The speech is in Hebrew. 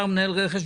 נתנו לי הבהרות,